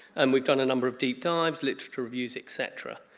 and we've done a number of deep dives, literature reviews etc.